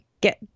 get